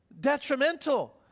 detrimental